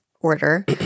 order